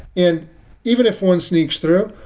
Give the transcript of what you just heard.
and even if one sneaks through,